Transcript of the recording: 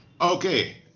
Okay